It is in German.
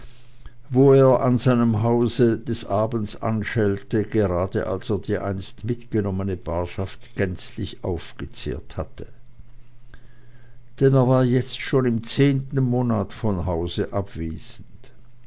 wo er an seinem hause eines abends anschellte gerade als er die einst mitgenommene barschaft gänzlich aufgezehrt hatte denn er war jetzt schon im zehnten monat von hause abwesend